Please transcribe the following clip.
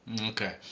Okay